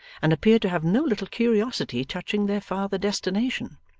and appeared to have no little curiosity touching their farther destination.